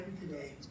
today